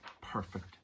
perfect